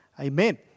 Amen